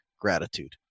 gratitude